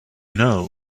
know